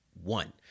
one